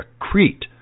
Crete